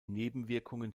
nebenwirkungen